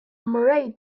murray